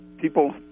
People